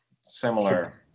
similar